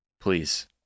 please